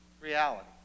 reality